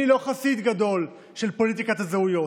אני לא חסיד גדול של פוליטיקת הזהויות.